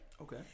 okay